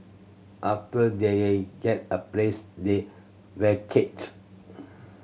after they get a place they vacate